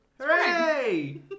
Hooray